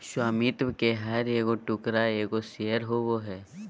स्वामित्व के हर एगो टुकड़ा एगो शेयर होबो हइ